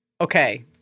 Okay